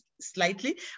slightly